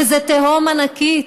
וזו תהום ענקית,